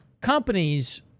companies